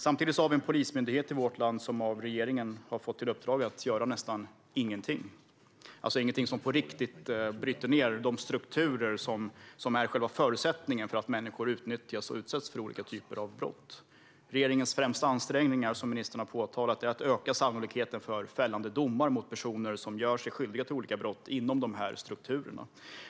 Samtidigt har vi en polismyndighet som av regeringen har fått i uppdrag att göra nästan ingenting, alltså ingenting som på riktigt bryter ned de strukturer som är själva förutsättningen för att människor utnyttjas och utsätts för olika typer av brott. Regeringens främsta ansträngning har varit att öka sannolikheten för en fällande dom mot personer som gör sig skyldiga till brott inom dessa strukturer.